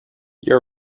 your